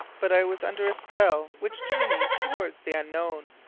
but i was under a spell which drew me towards the unknown,